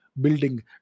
building